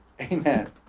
Amen